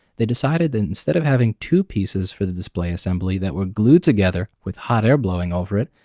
they decided that instead of having two pieces for the display assembly, that were glued together with hot air blowing over it,